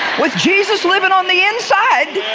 with jesus living on the inside,